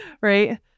Right